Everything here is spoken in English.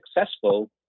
successful